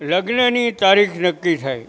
લગ્નની તારીખ નક્કી થાય